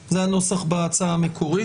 מכם זה להציג מה הסעיף אומר.